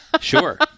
Sure